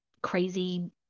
crazy